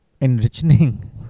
enriching